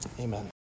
Amen